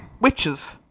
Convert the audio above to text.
Witches